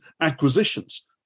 acquisitions